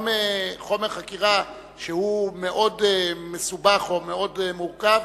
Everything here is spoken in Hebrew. גם חומר חקירה שהוא מאוד מסובך או מאוד מורכב,